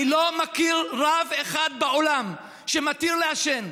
אני לא מכיר רב אחד בעולם שמתיר לעשן.